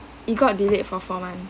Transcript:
it got delayed for four months